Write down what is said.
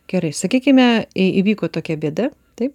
gerai sakykime įvyko tokia bėda taip